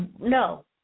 No